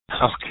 Okay